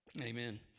Amen